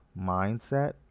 mindset